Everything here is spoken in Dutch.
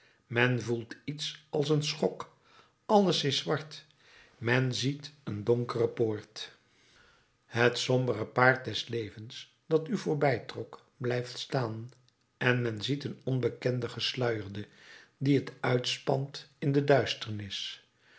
men voelt iets als een schok alles is zwart men ziet een donkere poort het sombere paard des levens dat u voorttrok blijft staan en men ziet een onbekende gesluierde die het uitspant in de duisternis